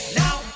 now